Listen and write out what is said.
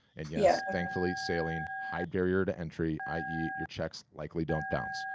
and yes, thankfully, sailing high barrier to entry, i e, your checks likely don't bounce.